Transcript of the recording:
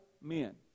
men